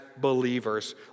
believers